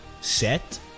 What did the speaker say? set